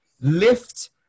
lift